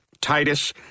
Titus